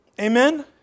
Amen